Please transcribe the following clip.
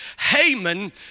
haman